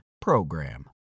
PROGRAM